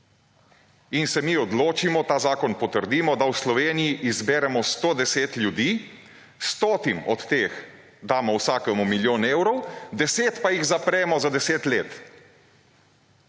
in se mi odločimo ta zakon potrdimo, da v Sloveniji izberemo 110 ljudi. Stotim od teh damo vsakemu milijon evrov, 10 pa jih zapremo za 10 let.